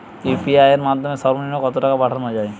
UPI এর মাধ্যমে সর্ব নিম্ন কত টাকা পাঠানো য়ায়?